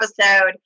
episode